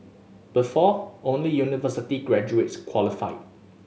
before only university graduates qualified